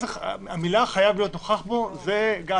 המילים "חייב להיות נוכח בו" זה אתה